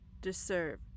deserve